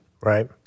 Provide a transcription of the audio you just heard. Right